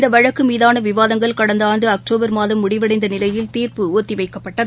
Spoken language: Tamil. இந்தவழக்குமீதானவிவாதங்கள் கடந்தஆண்டுஅக்டோபர் மாதம் முடிவடைந்தநிலையில் தீா்ப்பு ஒத்திவைக்கப்பட்டது